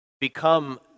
become